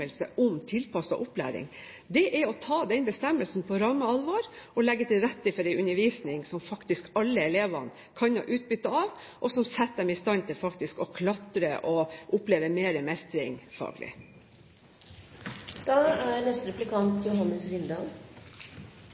bestemmelse om tilpasset opplæring. Det er å ta den bestemmelsen på ramme alvor og legge til rette for en undervisning som faktisk alle elvene kan ha utbytte av, og som setter dem i stand til å klatre og å oppleve mer mestring, faglig. Høyre er